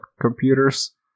computers